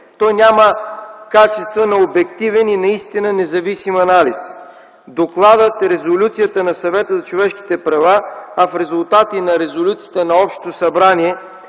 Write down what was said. Той няма качества на обективен и наистина независим анализ. Докладът и резолюцията на Съвета за човешките права, а в резултат и резолюцията на Общото събрание,